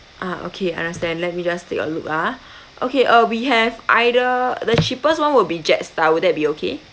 ah okay understand let me just take a look ah okay uh we have either the cheapest one will be Jetstar would that be okay